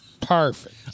Perfect